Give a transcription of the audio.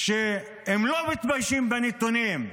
שהם לא מתביישים בנתונים.